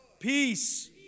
Peace